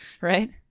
right